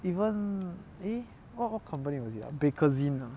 even eh what company was it ah Bakerzin ah